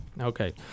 Okay